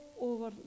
over